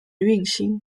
运行